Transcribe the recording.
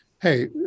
hey